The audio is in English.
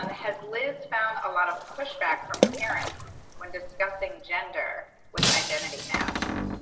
and has liz found a lot of pushback from parents when discussing gender with identity maps?